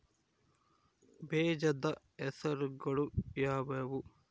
ಬೇಜದ ಹೆಸರುಗಳು ಯಾವ್ಯಾವು?